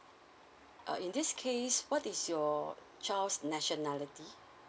uh in this case what is your child's nationality